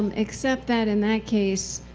and except that, in that case,